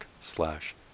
slash